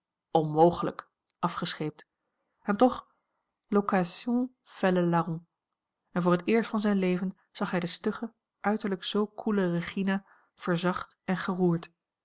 onmogelijk afgescheept en toch l'occasion fait le larron voor het eerst van zijn leven zag hij de stugge uiterlijk zoo koele regina verzacht en geroerd